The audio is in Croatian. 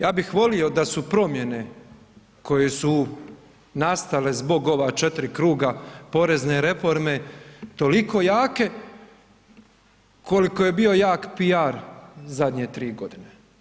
Ja bih volio da su promjene koje su nastale zbog ova 4. kruga porezne reforme toliko jake koliko je bio jak PR zadnje 3 godine.